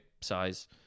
size